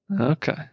Okay